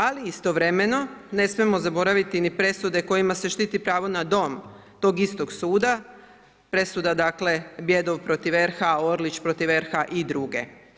Ali istovremeno ne smijemo zaboraviti ni presude kojima se štiti pravo na dom tog istog suda, presuda dakle Objedov protiv RH, Orlić protiv RH i druge.